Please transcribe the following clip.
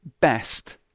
best